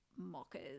mockers